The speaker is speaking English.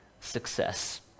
success